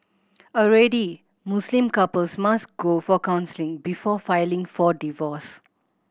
already Muslim couples must go for counselling before filing for divorce